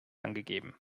angegeben